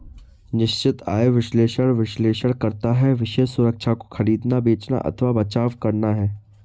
निश्चित आय विश्लेषक विश्लेषण करता है विशेष सुरक्षा को खरीदना, बेचना अथवा बचाव करना है